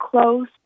close